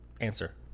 answer